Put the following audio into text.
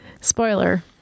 Spoiler